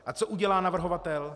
A co udělá navrhovatel?